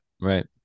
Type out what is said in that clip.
Right